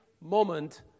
moment